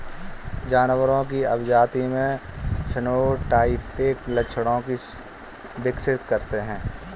जानवरों की अभिजाती में फेनोटाइपिक लक्षणों को विकसित करते हैं